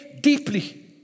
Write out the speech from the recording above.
deeply